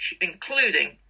including